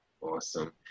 awesome